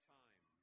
time